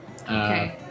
Okay